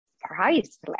priceless